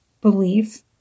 belief